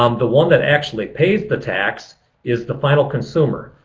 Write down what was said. um the one that actually pays the tax is the final consumer.